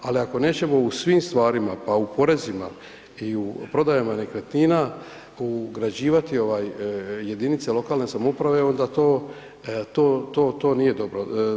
Ali ako nećemo u svim stvarima pa u porezima i u prodajama nekretnina ugrađivati jedinice lokalne samouprave onda to nije dobro.